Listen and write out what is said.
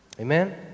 Amen